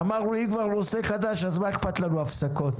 אמרנו שאם כבר נושא חדש, אז מה אכפת לנו הפסקות?